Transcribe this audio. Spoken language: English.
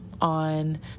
on